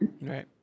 Right